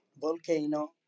volcano